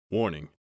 Warning